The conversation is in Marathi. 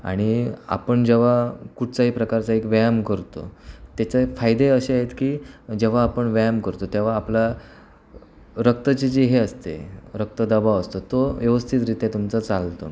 आणि आपण जेव्हा कुठचाही प्रकारचा एक व्यायाम करतो त्याचं फायदे असे आहेत की जेव्हा आपण व्यायाम करतो तेव्हा आपला रक्ताची जी हे असते रक्तदबाव असतो तो व्यवस्थितरीत्या तुमचा चालतो